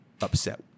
upset